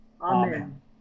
Amen